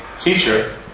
teacher